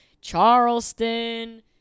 Charleston